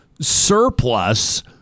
surplus